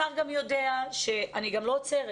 השר גם יודע שאני לא עוצרת,